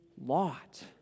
Lot